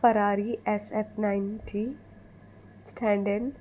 Ferrari S F nine three stand in